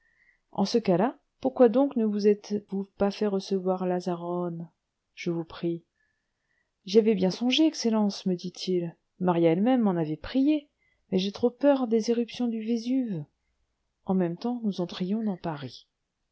en ce cas-là pourquoi donc ne vous êtes-vous pas fait recevoir lazzarone je vous prie j'y avais bien songé excellence me dit-il maria elle-même m'en avait prié mais j'ai trop peur des éruptions du vésuve en même temps nous entrions dans paris